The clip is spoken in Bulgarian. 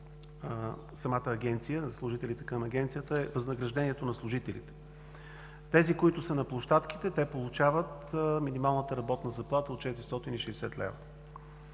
с двата основни синдиката към самата Агенция, е възнаграждението на служителите. Тези, които са на площадките, получават минималната работна заплата от 460 лв.